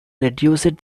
reduced